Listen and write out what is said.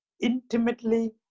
intimately